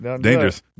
Dangerous